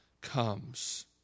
comes